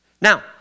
Now